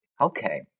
Okay